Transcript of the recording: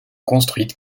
construites